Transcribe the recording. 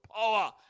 power